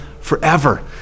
forever